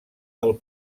del